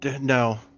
No